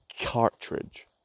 cartridge